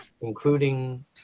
including